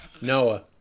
Noah